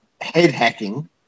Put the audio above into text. head-hacking